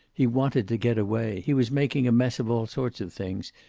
he wanted to get away. he was making a mess of all sorts of things.